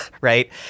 right